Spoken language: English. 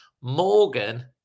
Morgan